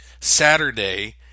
Saturday